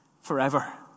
forever